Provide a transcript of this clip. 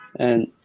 and,